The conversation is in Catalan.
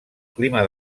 clima